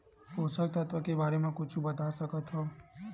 पोषक तत्व के बारे मा कुछु बता सकत हवय?